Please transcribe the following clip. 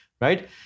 right